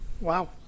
Wow